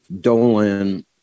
Dolan